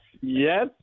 Yes